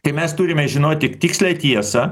tai mes turime žinoti tikslią tiesą